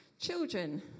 Children